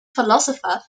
philosopher